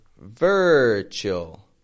Virtual